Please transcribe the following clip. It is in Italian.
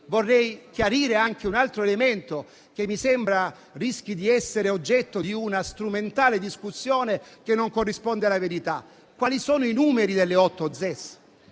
Vorrei chiarire anche un altro elemento che mi sembra rischi di essere oggetto di una strumentale discussione che non corrisponde alla verità, ossia quali sono i numeri delle 8 ZES.